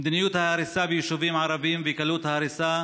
מדיניות ההריסה ביישובים ערביים וקלות ההריסה